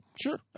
Sure